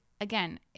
Again